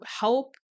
help